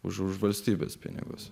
už valstybės pinigus